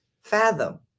fathom